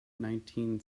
nineteen